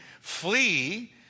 flee